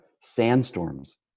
sandstorms